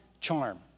charm